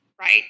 right